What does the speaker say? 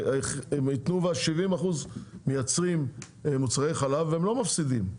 תנובה מייצרים 70% מוצרי חלב והם לא מפסידים,